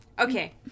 Okay